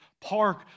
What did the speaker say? park